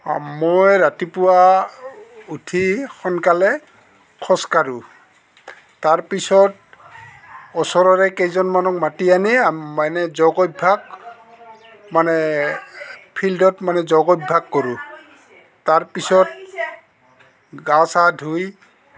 মই ৰাতিপুৱা উঠি সোনকালে খোজকাঢ়োঁ তাৰ পিছত ওচৰৰে কেইজনমানক মাতি আনি মানে যোগ অভ্যাস মানে ফিল্ডত মানে যোগ অভ্যাস কৰোঁ তাৰ পিছত গা চা ধুই